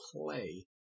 play